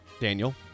Daniel